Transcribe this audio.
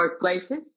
workplaces